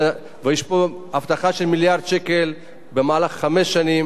ויש פה הבטחה למיליארד שקל במהלך חמש שנים.